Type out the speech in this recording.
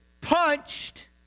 punched